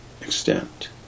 extent